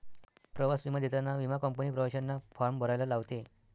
प्रवास विमा देताना विमा कंपनी प्रवाशांना फॉर्म भरायला लावते